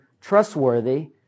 trustworthy